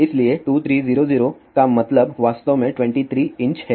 इसलिए 2300 का मतलब वास्तव में 23" है